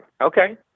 Okay